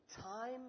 time